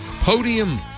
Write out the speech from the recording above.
Podium